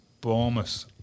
Bournemouth